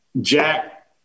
Jack